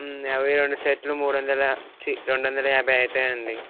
అవి రెండు సెట్లు మూడు వందల చి రెండు వందల యాభై అవుతాయండి